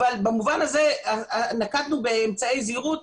אבל במובן הזה נקטנו באמצעי זהירות,